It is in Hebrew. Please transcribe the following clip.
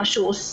מה שהוא עושה,